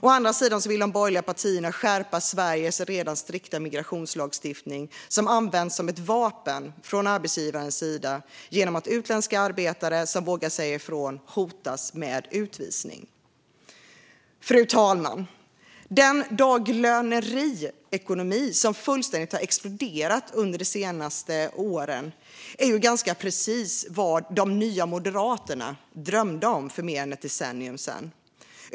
Å andra sidan vill de borgerliga partierna skärpa Sveriges redan strikta migrationslagstiftning som används som ett vapen från arbetsgivarens sida, genom att utländska arbetare som vågar säga ifrån hotas med utvisning. Fru talman! Den daglöneekonomi som fullständigt exploderat under de senaste åren är ganska precis vad de "nya" Moderaterna drömde om för mer än ett decennium sedan.